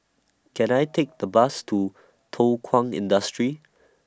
Can I Take The Bus to Thow Kwang Industry